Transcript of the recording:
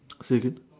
say again